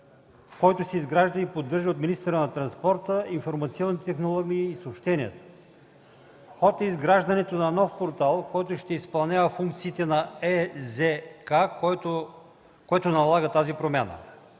който се изгражда и поддържа от министъра на транспорта, информационните технологии и съобщенията. В ход е изграждането на нов портал, който ще изпълнява функциите на ЕЗК, което налага тази промяна.